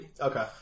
Okay